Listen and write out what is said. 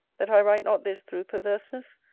that i write not this through perverseness,